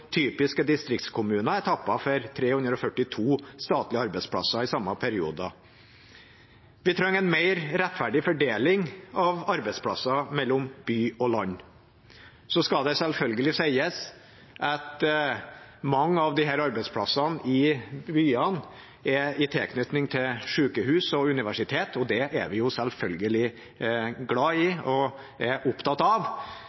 typiske distriktskommuner er tappet for 342 statlige arbeidsplasser i samme perioden. Vi trenger en mer rettferdig fordeling av arbeidsplasser mellom by og land. Så skal det selvfølgelig sies at mange av disse arbeidsplassene i byene er i tilknytning til sykehus og universitet, og dem er vi jo selvfølgelig glad i og opptatt av.